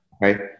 right